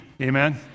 Amen